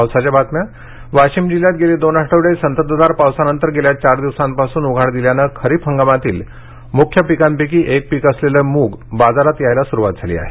पाऊस वाशिम जिल्ह्यात गेले दोन आठवडे संततधार पावसानंतर गेल्या चार दिवसांपासून उघाड दिल्याने खरीप हंगामातील मुख्य पिकांपैकी एक पीक असलेले मुग बाजारात येण्यास सुरुवात झाली आहे